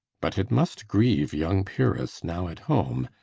but it must grieve young pyrrhus now at home,